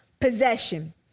possession